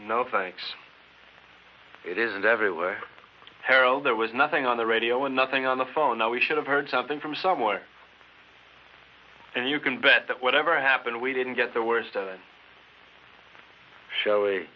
no thanks it isn't everywhere terrell there was nothing on the radio and nothing on the phone now we should have heard something from somewhere and you can bet that whatever happened we didn't get the worst of it